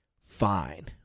fine